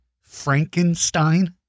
Frankenstein